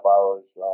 hours